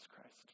Christ